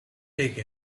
take